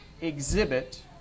exhibit